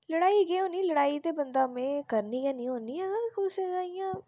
लडा़ई केह् होनी लडा़ई ते बंदा में करनी गे नेईं होन्नीं आं पर कुसै दा इयां